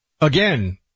Again